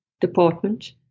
department